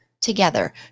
together